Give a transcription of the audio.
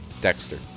Dexter